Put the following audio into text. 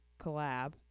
collab